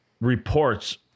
reports